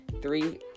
three